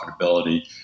profitability